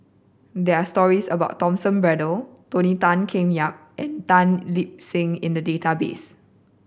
there are stories about Thomas Braddell Tony Tan Keng Yam and Tan Lip Seng in the database